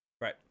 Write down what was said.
Right